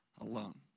alone